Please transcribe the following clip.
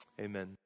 Amen